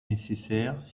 nécessaire